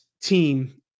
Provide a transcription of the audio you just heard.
team